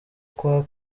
kwa